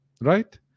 right